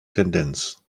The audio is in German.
tendenz